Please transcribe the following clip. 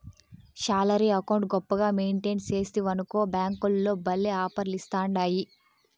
salary account గొప్పగా maintain సేస్తివనుకో బ్యేంకోల్లు భల్లే ఆపర్లిస్తాండాయి